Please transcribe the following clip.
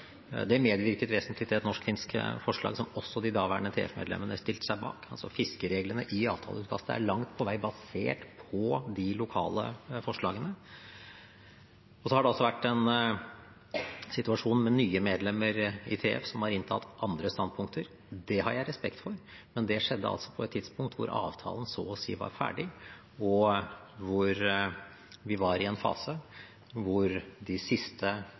Det medvirket vesentlig til et norsk-finsk forslag som også de daværende TF-medlemmene stilte seg bak – fiskereglene i avtaleutkastet er langt på vei basert på de lokale forslagene. Så har det altså vært en situasjon med nye medlemmer i TF som har inntatt andre standpunkter. Det har jeg respekt for, men det skjedde altså på et tidspunkt da avtalen så å si var ferdig, og hvor vi var i en fase hvor de siste